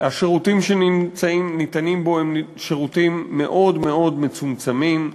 השירותים שניתנים בו הם שירותים מאוד מאוד מצומצמים,